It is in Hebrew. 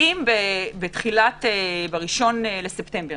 אם ב-1 בספטמבר